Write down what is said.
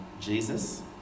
Jesus